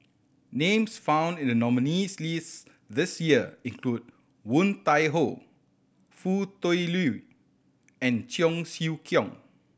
names found in the nominees' list this year include Woon Tai Ho Foo Tui Liew and Cheong Siew Keong